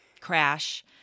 crash